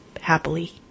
happily